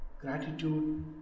Gratitude